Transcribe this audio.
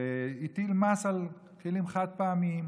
והטיל מס על כלים חד-פעמיים